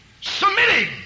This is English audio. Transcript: submitting